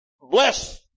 bless